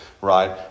right